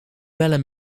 bellen